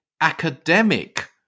academic